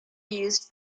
used